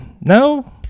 No